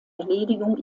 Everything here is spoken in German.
erledigung